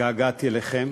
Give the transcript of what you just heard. התגעגעתי אליכם